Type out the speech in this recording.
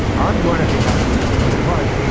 i'm gonna be happy no matter what,